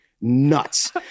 nuts